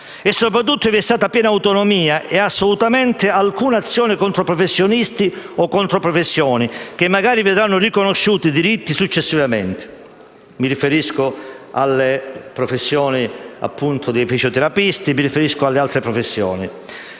e, soprattutto, vi è stata piena autonomia e non c'è stata assolutamente alcuna azione contro professionisti o contro professioni che magari vedranno riconosciuti i loro diritti successivamente (mi riferisco ai fisioterapisti e alle altre professioni).